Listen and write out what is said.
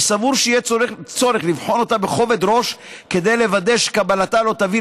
אני סבור שיהיה צורך לבחון אותה בכובד ראש כדי לוודא שקבלתה לא תביא